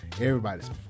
Everybody's